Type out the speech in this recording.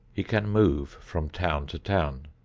he can move from town to town.